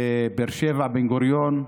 בבאר שבע, בן-גוריון,